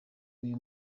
uyu